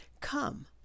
come